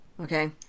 okay